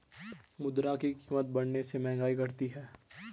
मुद्रा की कीमत बढ़ने से महंगाई घटी है